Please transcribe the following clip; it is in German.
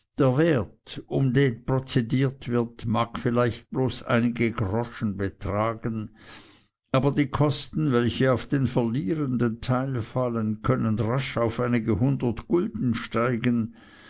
um den prozediert wird mag vielleicht bloß einige groschen betragen aber die kosten welche auf den verlierenden teil fallen können rasch auf einige hundert gulden steigen